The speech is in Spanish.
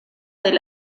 del